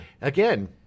again